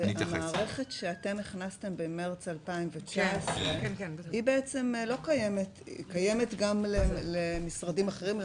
והמערכת שאתם הכנסתם במרץ 2019 קיימת גם למשרדים אחרים,